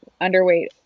underweight